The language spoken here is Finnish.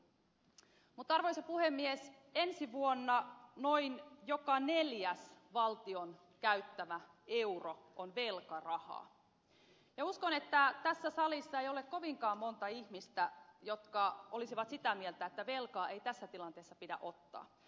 mutta arvoisa puhemies ensi vuonna noin joka neljäs valtion käyttämä euro on velkarahaa ja uskon että tässä salissa ei ole kovinkaan monta ihmistä jotka olisivat sitä mieltä että velkaa ei tässä tilanteessa pidä ottaa